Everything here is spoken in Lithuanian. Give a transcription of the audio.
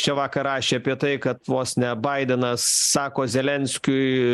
čia vakar rašė apie tai kad vos ne baidenas sako zelenskiui